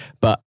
but-